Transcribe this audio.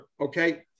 okay